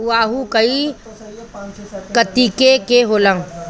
उअहू कई कतीके के होला